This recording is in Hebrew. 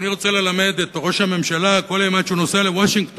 אני רוצה ללמד את ראש הממשלה כל אימת שהוא נוסע לוושינגטון,